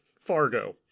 Fargo